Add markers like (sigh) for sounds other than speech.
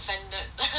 (laughs)